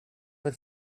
vill